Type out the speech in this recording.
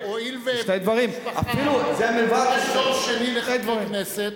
דור שני לחבר כנסת,